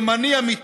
ימני אמיתי,